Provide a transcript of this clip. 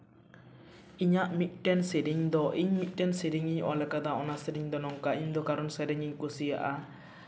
ᱤᱧᱟᱹᱜ ᱢᱤᱫᱴᱮᱱ ᱥᱮᱨᱮᱧ ᱫᱚ ᱤᱧ ᱢᱤᱫᱴᱮᱱ ᱥᱮᱨᱮᱧ ᱤᱧ ᱚᱞ ᱠᱟᱫᱟ ᱚᱱᱟ ᱥᱮᱨᱮᱧ ᱫᱚ ᱱᱚᱝᱠᱟ ᱤᱧ ᱫᱚ ᱠᱟᱨᱚᱱ ᱥᱮᱨᱮᱧ ᱤᱧ ᱠᱩᱥᱤᱭᱟᱜᱼᱟ